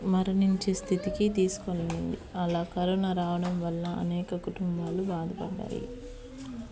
మరణించే స్థితికి తీసుకొనే వెళ్ళింది అలా కరోనా రావడం వల్ల అనేక కుటుంబాలు బాధపడ్డాయి